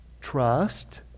trust